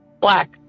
black